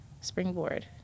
Springboard